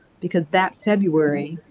because that february,